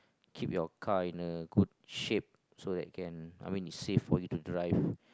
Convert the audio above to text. keep you car in a good shape so that can I mean it safe for you to drive